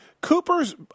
Cooper's –